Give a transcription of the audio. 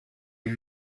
est